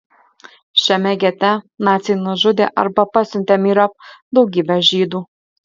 šiame gete naciai nužudė arba pasiuntė myriop daugybę žydų